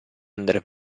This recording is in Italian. andar